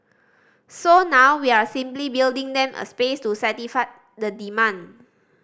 so now we're simply building them a space to satisfy the demand